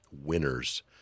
winners